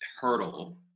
hurdle